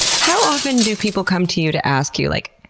how often do people come to you to ask you like,